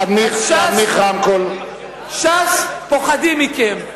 ש"ס פוחדים מכם,